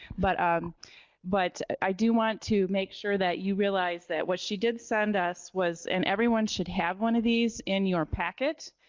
but um but i do want to make sure that you realize that what she did send us was, and everyone should have one of these in your packet,